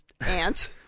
aunt